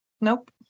Nope